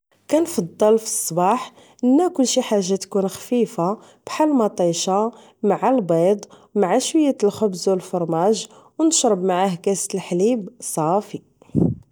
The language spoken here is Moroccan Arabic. كنفضل فالصباح ناكل شي حاجة تكون خفيفة بحال مطيشة مع البيض مع شوية تالخبز أو الفرماج أو نشرب معاه كاس تالحليب صافي